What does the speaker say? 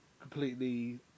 completely